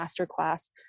masterclass